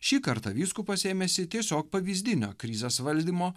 šį kartą vyskupas ėmėsi tiesiog pavyzdinio krizės valdymo